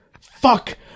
Fuck